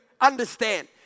understand